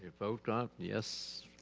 vote on yes,